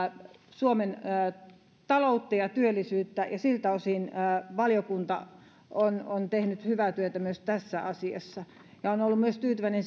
suomen taloutta ja työllisyyttä siltä osin valiokunta on on tehnyt hyvää työtä myös tässä asiassa olen ollut tyytyväinen